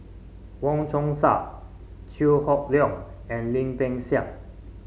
Wong Chong Sai Chew Hock Leong and Lim Peng Siang